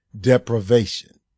deprivation